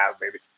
baby